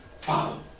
Follow